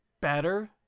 better